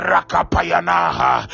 Rakapayanaha